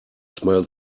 smell